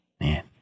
Man